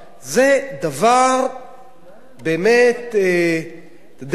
זה דבר באמת, אתה יודע,